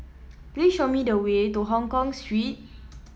please show me the way to Hongkong Street